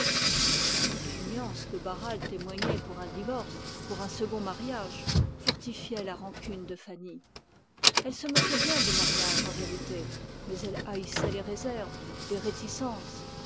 la répugnance que barral témoignait pour un divorce fortifiait sa rancune elle se moquait bien du mariage en vérité mais elle haïssait les réticences